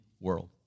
world